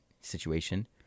situation